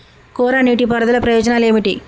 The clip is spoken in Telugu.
కోరా నీటి పారుదల ప్రయోజనాలు ఏమిటి?